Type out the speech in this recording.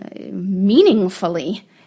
meaningfully